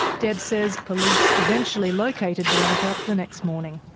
deb says police eventually located boronika the next morning.